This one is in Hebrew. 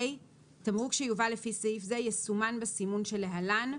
(ה)תמרוק שיובא לפי סעיף זה יסומן בסימון שלהלן,